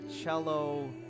cello